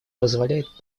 позволяет